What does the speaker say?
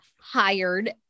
hired